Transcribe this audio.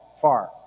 far